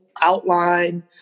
outline